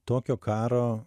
tokio karo